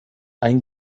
ein